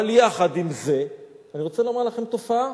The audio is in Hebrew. אבל יחד עם זה, אני רוצה לומר לכם: תופעה,